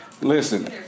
Listen